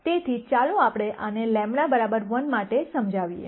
તેથી ચાલો આપણે આને λ ૧ માટે સમજાવીએ